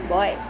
Boy